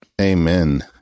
Amen